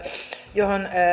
johon